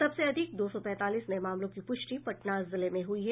सबसे अधिक दो सौ पैंतालीस नये मामलों की पुष्टि पटना जिले में हुई है